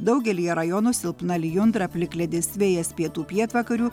daugelyje rajonų silpna lijundra plikledis vėjas pietų pietvakarių